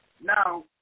Now